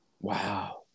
Wow